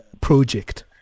project